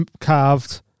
carved